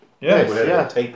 Yes